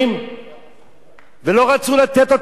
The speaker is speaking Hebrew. ולא רצו לתת אותו אפילו ליום אחד.